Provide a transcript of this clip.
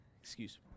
Excuse